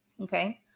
okay